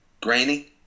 grainy